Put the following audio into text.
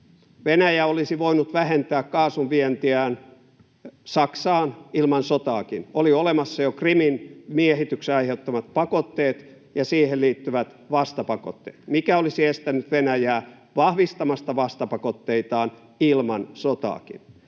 Venäjä olisi voinut vähentää kaasun vientiään Saksaan ilman sotaakin. Oli olemassa jo Krimin miehityksen aiheuttamat pakotteet ja niihin liittyvät vastapakotteet. Mikä olisi estänyt Venäjää vahvistamasta vastapakotteitaan ilman sotaakin?